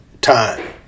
time